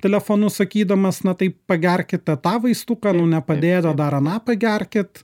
telefonu sakydamas na taippagerkite tą vaistumą nu nepadėjo dar aną pagerkit